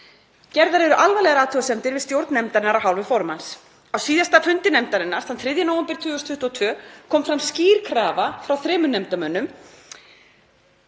Gerðar eru alvarlegar athugasemdir við stjórn nefndarinnar af hálfu formanns. Á síðasta fundi nefndarinnar, þann 3. nóvember 2022, kom fram skýr krafa frá þremur nefndarmönnum